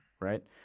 Right